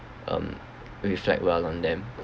um reflect well on them